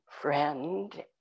friend